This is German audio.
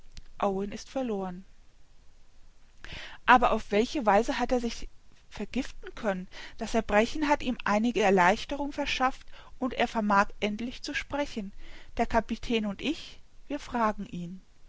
owen ist verloren aber auf welche weise hat er sich vergiften können das erbrechen hat ihm einige erleichterung verschafft und er vermag endlich zu sprechen der kapitän und ich wir fragen ihn